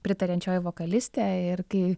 pritariančioji vokalistė ir kai